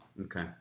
Okay